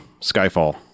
Skyfall